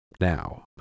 now